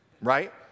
Right